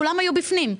כולם היו בפנים.